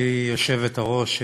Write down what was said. היושבת-ראש,